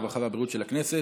הרווחה והבריאות של הכנסת.